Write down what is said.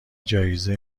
جایزه